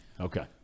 Okay